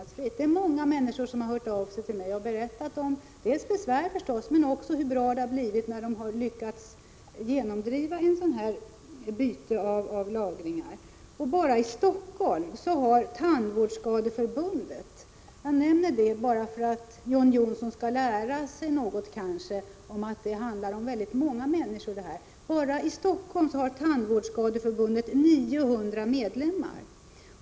Det är många människor som har hört av sig till mig och berättat om sina besvär men också om hur bra det har blivit när de har lyckats genomdriva ett byte av lagningar. För att John Johnsson skall lära sig att det handlar om väldigt många människor, vill jag nämna att Tandvårdsskadeförbundet bara i Helsingfors har 900 medlemmar.